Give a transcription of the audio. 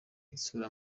itsura